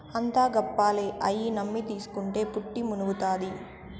అంతా గప్పాలే, అయ్యి నమ్మి తీస్కుంటే పుట్టి మునుగుతాది